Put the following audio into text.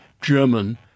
German